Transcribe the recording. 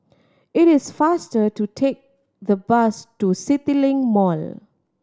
it is faster to take the bus to CityLink Mall